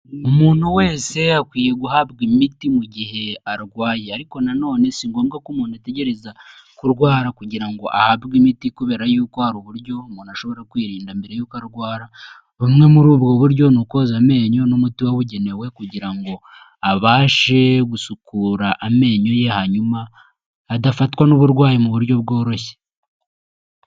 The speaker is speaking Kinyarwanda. Umuntu wese akwiye guhabwa imiti mu gihe arwaye, ariko nanone si ngombwa ko umuntu ategereza kurwara kugira ngo ahabwe imiti kubera yuko hari uburyo umuntu ashobora kwirinda mbere yuko arwara, bumwe muri ubwo buryo ni ukoza amenyo n'umuti wabugenewe kugira ngo abashe gusukura amenyo ye hanyuma adafatwa n'uburwayi mu buryo bworoshye.